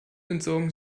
entsorgen